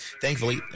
Thankfully